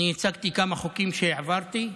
הצגתי כמה חוקים שהעברתי.